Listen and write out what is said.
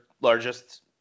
largest